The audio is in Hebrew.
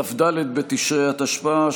כ"ד בתשרי התשפ"א,